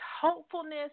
hopefulness